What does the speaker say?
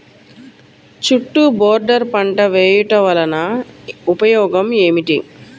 చుట్టూ బోర్డర్ పంట వేయుట వలన ఉపయోగం ఏమిటి?